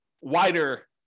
wider